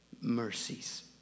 Mercies